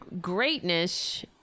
greatness